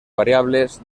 variables